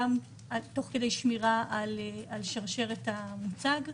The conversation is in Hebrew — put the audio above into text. גם תוך כדי שמירה על שרשרת המוצג.